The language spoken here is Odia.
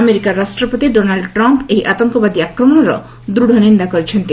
ଆମେରିକା ରାଷ୍ଟ୍ରପତି ଡୋନାଲ୍ଚ ଟ୍ରମ୍ପ୍ ଏହି ଆତଙ୍କବାଦୀ ଆକ୍ରମଣର ଦୂଢନିନ୍ଦା କରିଛନ୍ତି